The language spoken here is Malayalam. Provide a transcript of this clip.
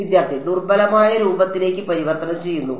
വിദ്യാർത്ഥി ദുർബലമായ രൂപത്തിലേക്ക് പരിവർത്തനം ചെയ്യുന്നു